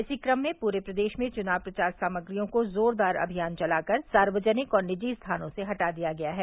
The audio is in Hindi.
इसी कम में पूरे प्रदेश में चुनाव प्रचार सामप्रियों को ज़ोरदार अभियान चलाकर सार्वजनिक और निजी स्थानों से हटा दिया गया है